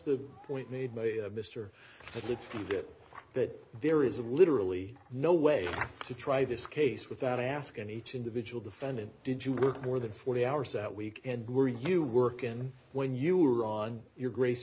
by mr let's get that there is of literally no way to try this case without asking each individual defendant did you work more than forty hours that week and were you work in when you were on your grace